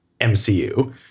MCU